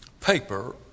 paper